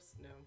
no